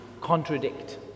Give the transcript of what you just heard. contradict